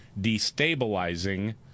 destabilizing